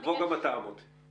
תבוא גם אתה, מוטי.